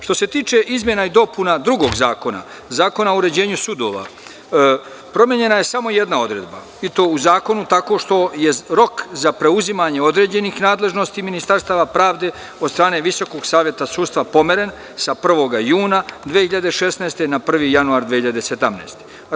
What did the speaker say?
Što se tiče izmena i dopuna drugog zakona, zakona o uređenju sudova, promenjena je samo jedna odredba i to u zakonu tako što je rok za preuzimanje određenih nadležnosti Ministarstava pravde od strane VSS pomeren sa 1. juna 2016. na 1. januar 2017. godine.